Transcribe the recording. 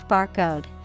Barcode